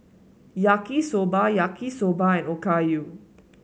Yaki Soba Yaki Soba and Okayu